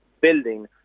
building